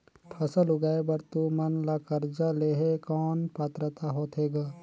फसल उगाय बर तू मन ला कर्जा लेहे कौन पात्रता होथे ग?